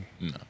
no